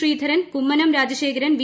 Sreedharan Kummanam Rajasekharan V